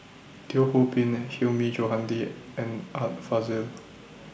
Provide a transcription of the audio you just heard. Teo Ho Pin and Hilmi Johandi and Art Fazil